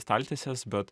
staltiesės bet